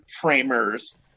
framers